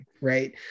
right